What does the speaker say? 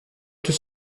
tout